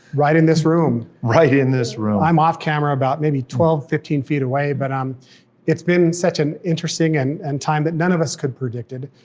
right in this room. right in this room. i'm off camera about maybe twelve, fifteen feet away, but, um it's been such an interesting and and time that none of us could have predicted,